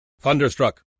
Thunderstruck